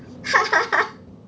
哈哈哈